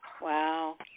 Wow